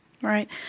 Right